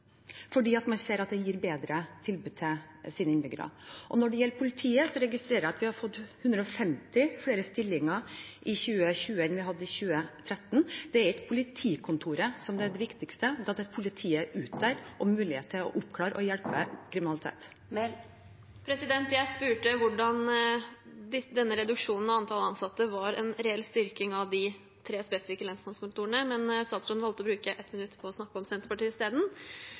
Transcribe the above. man ser at det gir bedre tilbud til innbyggerne. Når det gjelder politiet, registrerer jeg at vi har fått 150 flere stillinger i 2020 enn vi hadde i 2013. Det er ikke politikontoret som er det viktigste; det er å ha politiet der ute og muligheten til å oppklare og hjelpe ved kriminalitet. Jeg spurte om hvordan denne reduksjonen av antall ansatte var en reell styrking av de tre spesifikke lensmannskontorene, men statsråden valgte å bruke et minutt på å snakke om Senterpartiet